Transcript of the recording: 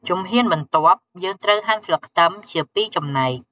ជំហានបន្ទាប់ យើងត្រូវហាន់ស្លឹកខ្ទឹមជាពីរចំណែក។